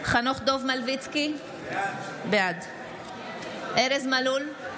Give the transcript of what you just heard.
חנוך דב מלביצקי, בעד ארז מלול,